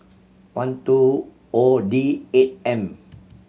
one two O D eight M